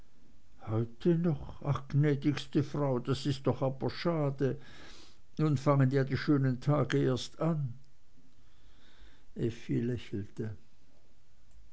heute noch ach gnädigste frau das ist doch aber schade nun fangen ja die schönen tage erst an effi lächelte